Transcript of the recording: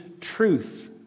truth